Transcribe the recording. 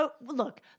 Look